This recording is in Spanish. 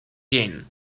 jin